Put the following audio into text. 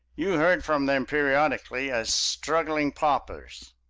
you heard from them periodically as struggling paupers.